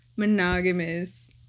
Monogamous